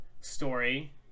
story